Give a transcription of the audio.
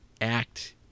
act